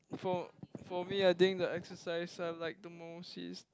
for for me I think the exercise are like the most is